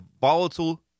volatile